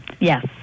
yes